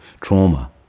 trauma